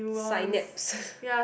synapse